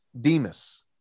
Demas